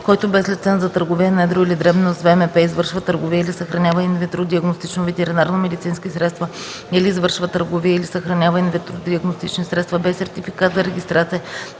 Който без лиценз за търговия на едро или дребно с ВМП извършва търговия или съхранява инвитро диагностични ветеринарномедицински средства или извършва търговия, или съхранява инвитро диагностични средства без сертификат за регистрация,